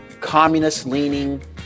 communist-leaning